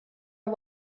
are